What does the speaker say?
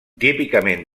típicament